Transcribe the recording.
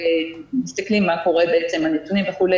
ומסתכלים מה קורה וכו',